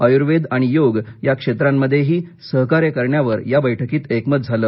आयुर्वेद आणि योग या क्षेत्रांमध्येही सहकार्य करण्यावर या बस्कीत एकमत झालं